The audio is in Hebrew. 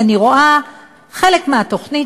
ואני רואה חלק מהתוכנית,